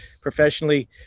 professionally